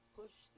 push